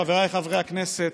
חבריי חברי הכנסת,